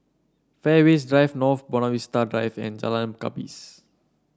Fairways Drive North Buona Vista Drive and Jalan Gapis